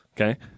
Okay